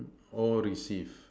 or received